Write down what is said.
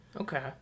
Okay